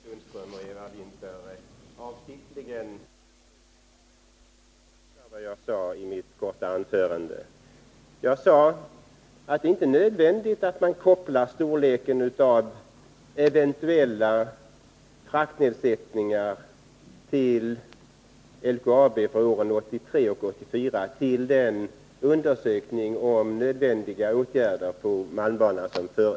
Herr talman! Jag förmodar att både Sten-Ove Sundström och Eva Winther avsiktligt missuppfattat det jag sade i mitt korta anförande. Jag sade att det inte är nödvändigt att koppla storleken av eventuella fraktnedsättningar för LKAB under åren 1983 och 1984 till den undersökning, om nödvändiga åtgärder på malmbanan, som pågår.